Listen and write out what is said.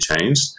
changed